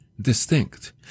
distinct